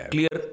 Clear